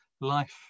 life